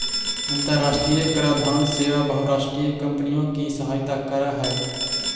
अन्तराष्ट्रिय कराधान सेवा बहुराष्ट्रीय कॉम्पनियों की सहायता करअ हई